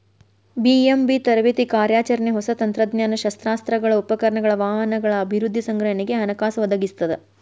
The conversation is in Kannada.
ಬಿ.ಎಂ.ಬಿ ತರಬೇತಿ ಕಾರ್ಯಾಚರಣೆ ಹೊಸ ತಂತ್ರಜ್ಞಾನ ಶಸ್ತ್ರಾಸ್ತ್ರಗಳ ಉಪಕರಣಗಳ ವಾಹನಗಳ ಅಭಿವೃದ್ಧಿ ಸಂಗ್ರಹಣೆಗೆ ಹಣಕಾಸು ಒದಗಿಸ್ತದ